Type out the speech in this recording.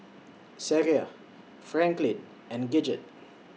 Sag yard Franklyn and Gidget